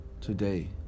Today